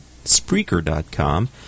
Spreaker.com